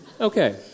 Okay